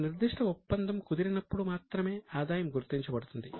ఒక నిర్దిష్ట ఒప్పందం కుదిరినప్పుడు మాత్రమే ఆదాయం గుర్తించబడుతుంది